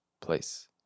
place